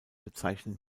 bezeichnen